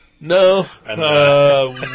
No